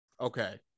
Okay